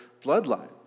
bloodline